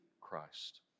Christ